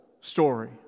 story